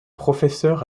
professeur